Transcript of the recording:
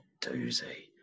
doozy